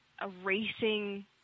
erasing